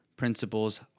principles